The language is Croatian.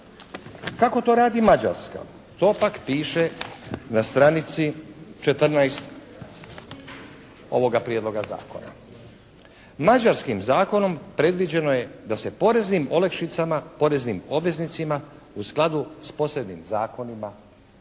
Kako to radi Mađarska? To pak piše na stranici 14. ovoga Prijedloga zakona. Mađarskim zakonom predviđeno je da se poreznim olakšicama poreznim obveznicima u skladu s posebnim zakonima